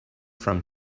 from